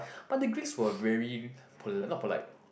but the Greece were very pol~ not polite